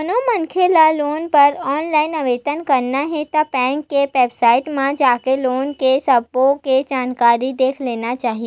कोनो मनखे ल लोन बर ऑनलाईन आवेदन करना हे ता बेंक के बेबसाइट म जाके लोन के सब्बो के जानकारी देख लेना चाही